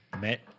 met